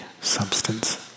substance